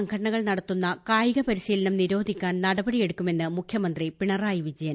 സംഘടനകൾ നടത്തുന്ന കായിക പരിശീലനം നിരോധിക്കാൻ നടപടിയെന്ന് മുഖൃമന്ത്രി പിണറായി വിജയൻ